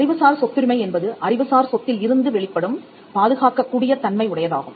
அறிவுசார் சொத்துரிமை என்பது அறிவுசார் சொத்தில் இருந்து வெளிப்படும் பாதுகாக்கக் கூடிய தன்மை உடையதாகும்